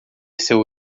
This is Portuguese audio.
seu